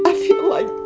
ah feel like